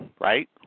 right